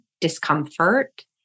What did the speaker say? discomfort